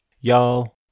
Y'all